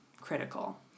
critical